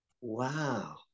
Wow